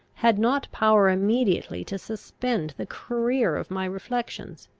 had not power immediately to suspend the career of my reflections.